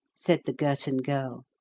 said the girton girl.